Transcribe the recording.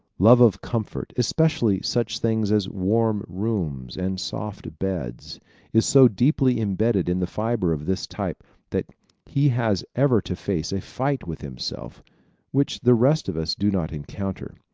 love of comfort especially such things as warm rooms and soft beds is so deeply imbedded in the fiber of this type that he has ever to face a fight with himself which the rest of us do not encounter.